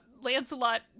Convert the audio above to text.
Lancelot